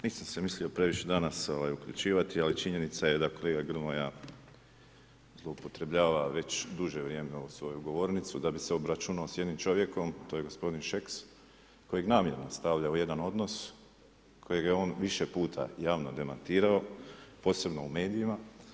Nisam se mislio previše danas uključivati, ali činjenica je da kolega Grmoja, zloupotrebljava već duže vrijeme ovu svoju govornicu, da bi se obračunao i s jednim čovjekom a to je gospodin Šeks kojeg namjerno stavlja u jedan odnos, kojeg je on više puta javno demantirao, posebno u medijima.